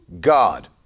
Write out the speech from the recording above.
God